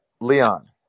Leon